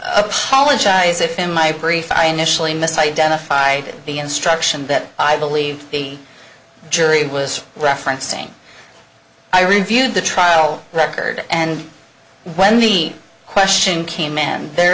apologize if in my brief i initially misidentified the instruction that i believe the jury was referencing i reviewed the trial record and when the question came and there